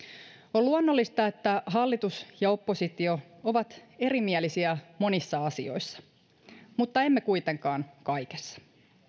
on luonnollista että hallitus ja oppositio ovat erimielisiä monissa asioissa mutta emme ole kuitenkaan kaikessa